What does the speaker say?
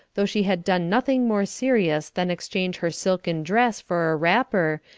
though she had done nothing more serious than exchange her silken dress for a wrapper,